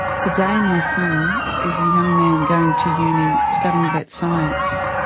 today my son is a young man going to uni, studying vet science,